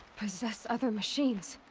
possess other machines?